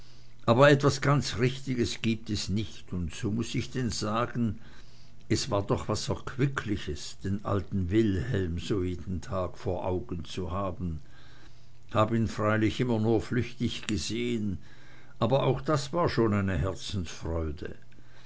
aber etwas ganz richtiges gibt es nicht und so muß ich denn sagen es war doch was erquickliches den alten wilhelm so jeden tag vor augen zu haben hab ihn freilich immer nur flüchtig gesehn aber auch das war schon eine herzensfreude